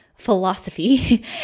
philosophy